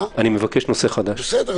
בסדר,